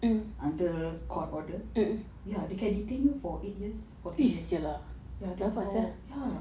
until court orders they can detain for eight years ya that's so ya